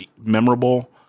memorable